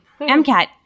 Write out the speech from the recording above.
MCAT –